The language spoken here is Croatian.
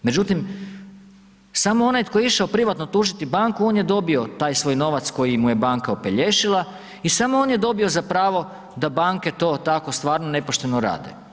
Međutim, samo onaj tko je išao privatno tužiti banku on je dobio taj svoj novac koji mu je banka opelješila i samo on je dobio za pravo da banke to tako stvarno nepošteno rade.